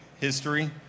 history